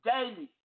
daily